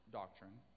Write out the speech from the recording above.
doctrine